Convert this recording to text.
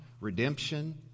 redemption